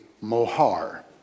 mohar